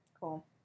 Cool